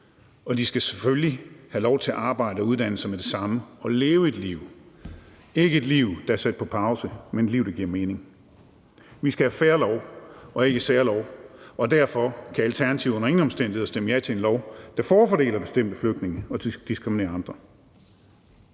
og at de selvfølgelig skal have lov til at arbejde og uddanne sig med det samme og leve et liv – ikke et liv, der er sat på pause, men et liv, der giver mening. Vi skal have en fair lov og ikke en særlov, og derfor kan Alternativet under ingen omstændigheder stemme ja til en lov, der forfordeler bestemte flygtninge og diskriminerer andre.